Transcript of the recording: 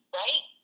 right